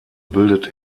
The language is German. bildet